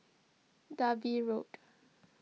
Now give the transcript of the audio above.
Dalvey Road